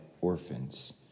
orphans